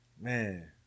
Man